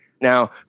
Now